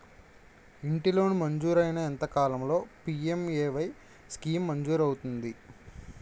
ఇంటి లోన్ మంజూరైన ఎంత కాలంలో పి.ఎం.ఎ.వై స్కీమ్ మంజూరు అవుతుంది?